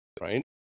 right